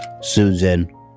Susan